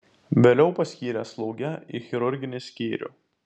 vėliau paskyrė slauge į chirurginį skyrių